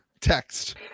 text